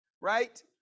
right